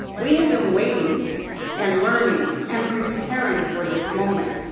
we have been waiting and learning and preparing for this moment,